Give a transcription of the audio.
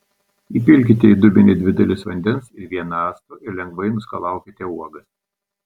įpilkite į dubenį dvi dalis vandens ir vieną acto ir lengvai nuskalaukite uogas